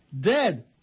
dead